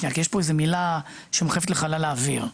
יש פה מילה שמרחפת לחלל האוויר.